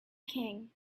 king